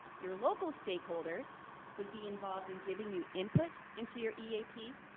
your local stakeholders would be involved in giving you input into your eap,